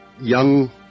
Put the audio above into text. young